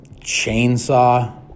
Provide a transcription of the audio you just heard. Chainsaw